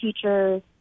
teachers